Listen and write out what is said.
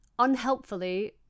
unhelpfully